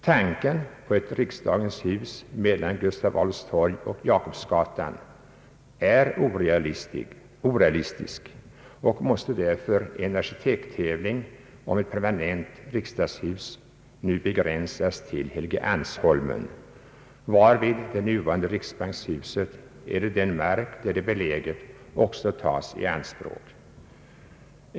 Tanken på ett riksdagens hus mellan Gustav Adolfs torg och Jakobsgatan är orealistisk, och en arkitekttävling om ett permanent riksdagshus måste nu begränsas till Helgeandsholmen, varvid det nuvarande riksbankshuset eller den mark, där det är beläget, tas i anspråk.